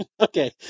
Okay